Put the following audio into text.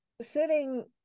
sitting